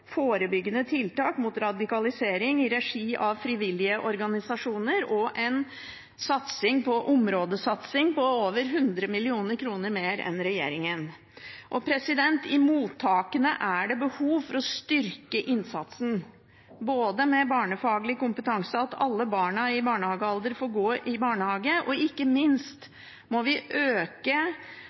forebyggende tiltak mot radikalisering i regi av frivillige organisasjoner og en områdesatsing på over 100 mill. kr mer enn regjeringens. Og i mottakene er det behov for å styrke innsatsen, med barnefaglig kompetanse, at alle barna i barnehagealder får gå i barnehage, og ikke minst må vi øke